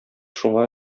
шуңа